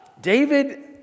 David